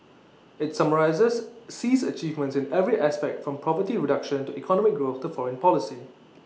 IT summarises Xi's achievements in every aspect from poverty reduction to economic growth to foreign policy